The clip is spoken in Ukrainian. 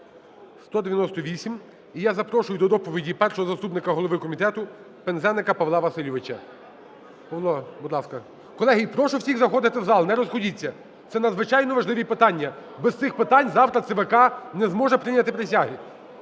І я запрошую до доповіді першого заступника голови комітету Пинзеника Павла Васильовича. Павло, будь ласка. Колеги, і прошу всіх заходити в зал, не розходіться, це надзвичайно важливі питання, без цих питань завтра ЦВК не зможе прийняти присяги.